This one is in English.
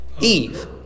Eve